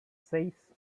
seis